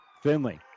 Finley